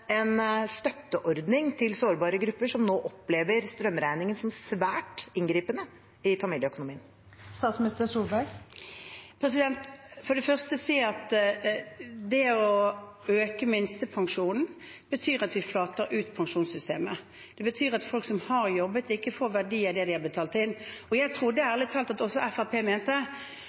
en støtteordning til sårbare grupper som nå opplever strømregningen som svært inngripende i familieøkonomien? For det første vil jeg si at det å øke minstepensjonen betyr at vi flater ut pensjonssystemet. Det betyr at folk som har jobbet, ikke får verdien av det de har betalt inn. Jeg trodde ærlig talt at også Fremskrittspartiet mente at det